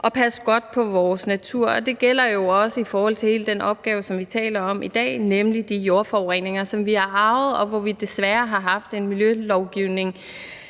at passe godt på vores natur. Og det gælder jo også i forhold til hele den opgave, som vi taler om i dag, nemlig de jordforureninger, som vi har arvet, og hvor vi desværre havde en miljølovgivning,